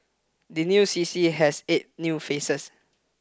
the new C C has eight new faces